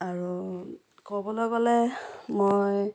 আৰু ক'বলৈ গ'লে মই